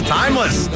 timeless